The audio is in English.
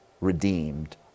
redeemed